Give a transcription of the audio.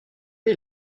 est